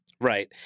Right